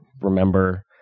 remember